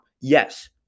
Yes